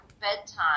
bedtime